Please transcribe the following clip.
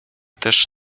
też